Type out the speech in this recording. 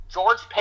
George